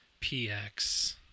PX